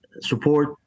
support